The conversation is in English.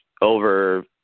over